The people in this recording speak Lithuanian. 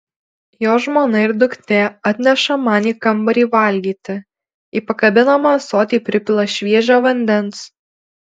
jo žmona ir duktė atneša man į kambarį valgyti į pakabinamą ąsotį pripila šviežio vandens